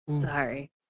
Sorry